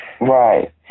Right